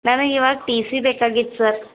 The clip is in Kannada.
ನನಗೆ ಈವಾಗ ಟಿ ಸಿ ಬೇಕಾಗಿತ್ತು ಸರ್